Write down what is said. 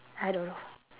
I don't know